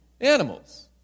Animals